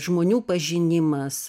žmonių pažinimas